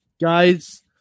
guys